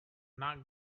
not